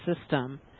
system